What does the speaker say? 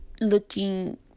Looking